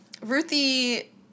Ruthie